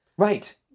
Right